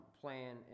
plan